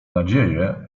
nadzieję